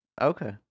Okay